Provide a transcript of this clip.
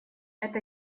это